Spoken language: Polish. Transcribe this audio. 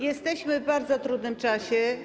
Jesteśmy w bardzo trudnym czasie.